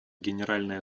генеральной